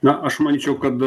na aš manyčiau kad